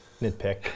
nitpick